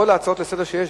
שבכל ההצעות לסדר-היום שיש,